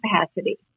capacity